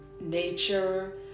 nature